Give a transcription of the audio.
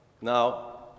Now